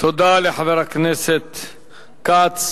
תודה לחבר הכנסת כץ.